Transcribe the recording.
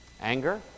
Anger